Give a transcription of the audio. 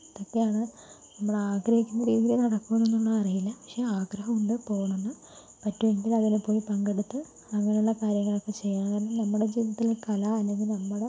ഇതൊക്കെയാണ് നമ്മൾ ആഗ്രഹിക്കുന്ന രീതിയിൽ നടക്കുമെന്നൊന്നും അറിയില്ല പക്ഷെ ആഗ്രഹം ഉണ്ട് പോകണമെന്ന് പറ്റുമെങ്കിൽ അവിടെ പോയി പങ്കെടുത്തു അവിടെയുള്ള കാര്യങ്ങളൊക്കെ ചെയ്യുകയെന്നാണ് നമ്മുടെ ജീവിതത്തിലെ കല അല്ലെങ്കിൽ നമ്മുടെ